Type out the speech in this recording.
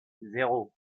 zéro